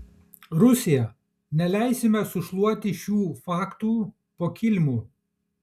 rusija neleisime sušluoti šių faktų po kilimu